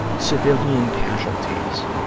civilian casualties,